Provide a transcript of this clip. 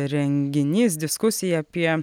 renginys diskusija apie